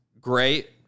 great